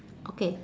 okay